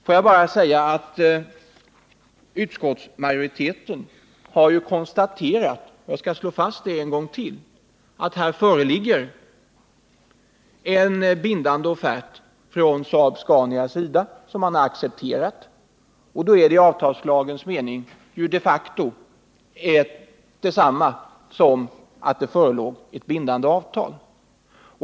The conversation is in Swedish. Får jag bara säga att utskottsmajoriteten har konstaterat — jag slår fast det en gång till — att en bindande offert från Saab-Scanias sida förelåg, vilken man accepterade, och detta är i avtalslagens mening detsamma som ett bindande avtal.